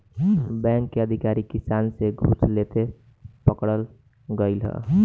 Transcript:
bank के अधिकारी किसान से घूस लेते पकड़ल गइल ह